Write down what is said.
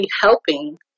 helping